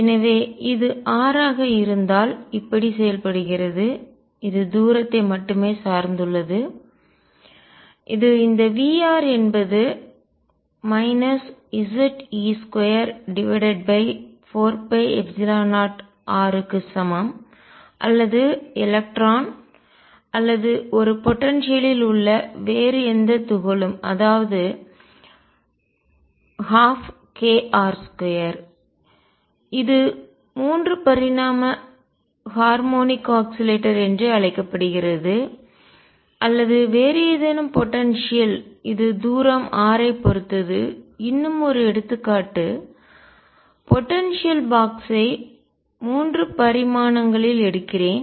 எனவே இது r ஆக இருந்தால் இப்படி செயல்படுகிறது இது தூரத்தை மட்டுமே சார்ந்துள்ளது இது இந்த V என்பது Ze24π0r க்கு சமம் அல்லது எலக்ட்ரான் அல்லது ஒரு போடன்சியல்லில் திறனில் உள்ள வேறு எந்த துகளும் அதாவது 12kr2 இது 3 பரிமாண ஹார்மோனிக் ஆஸிலேட்டர் என்று அழைக்கப்படுகிறது அல்லது வேறு ஏதேனும் போடன்சியல் ஆற்றல் இது தூரம் r ஐப் பொறுத்ததுஇன்னும் ஒரு எடுத்துக்காட்டு போடன்சியல் ஆற்றல் பாக்ஸ் ஐ பெட்டியை 3 பரிமாணங்களில் எடுக்கிறேன்